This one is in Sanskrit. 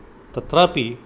तत्रापि